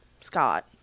Scott